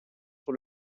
sur